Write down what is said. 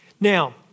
Now